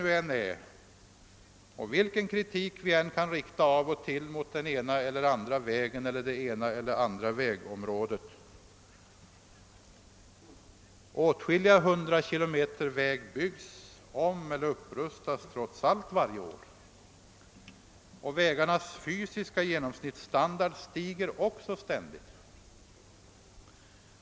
Trots allt och trots den kritik vi skall och kan rikta mot vägar och mycket annat, så byggs eller upprustas ändå åtskilliga hundratals kilometer väg varje år. Och vägarnas fysiska genomsnittsstandard stiger dock år för år.